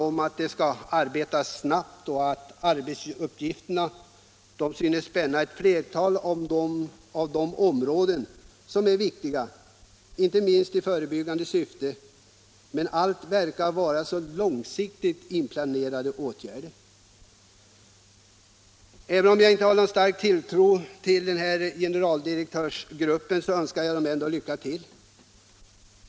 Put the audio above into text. Där talar man om att arbeta snabbt, och arbetsuppgifterna synes spänna över ett flertal heroinmissbruket, av de områden som är viktiga, inte minst i förebyggande syfte. Men allt verkar vara så långsiktigt inplanerade åtgärder. Även om jag inte har någon stark tilltro till den här generaldirektörsgruppen, önskar jag den ändå lycka till.